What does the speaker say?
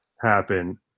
happen